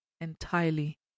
entirely